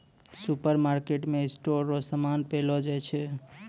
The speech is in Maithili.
सुपरमार्केटमे स्टोर रो समान पैलो जाय छै